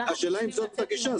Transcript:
זאת הגישה.